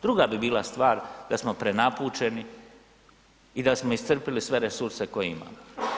Druga bi bila stvar da smo prenapučeni i da smo iscrpili sve resurse koje imamo.